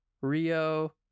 rio